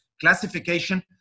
classification